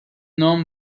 نام